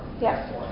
Yes